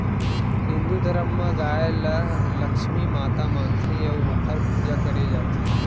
हिंदू धरम म गाय ल लक्छमी माता मानथे अउ ओखर पूजा करे जाथे